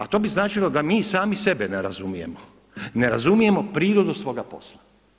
A to značilo da mi sami sebe ne razumijemo, ne razumijemo prirodu svoga posla.